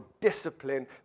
discipline